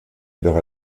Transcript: jedoch